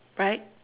right